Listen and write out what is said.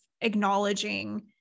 acknowledging